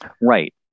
Right